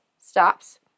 stops